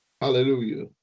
hallelujah